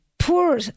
poor